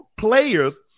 Players